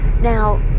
Now